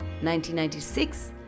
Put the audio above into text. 1996